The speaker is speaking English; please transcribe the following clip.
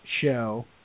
show